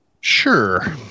Sure